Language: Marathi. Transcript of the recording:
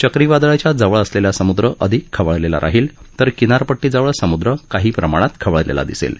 चक्रीवादळाच्या जवळ असलेला समुद्र अधिक खवळलेला राहील तर किनारपट्टीजवळ समुद्र काही प्रमाणात खवळलेला दिसेल